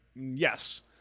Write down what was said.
Yes